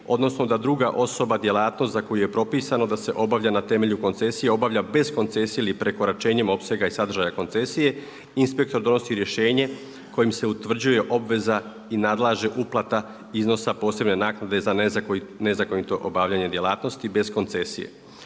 odnosno da druga osoba, djelatnost za koju je propisano da se obavlja na temelju koncesija, obavlja bez koncesije ili prekoračenjem opsega i sadržaja koncesije, inspektor donosi rješenje kojom se utvrđuje obveza i nalaže uplata iznosa posebne naknade za nezakonito obavljanje djelatnosti bez koncesije.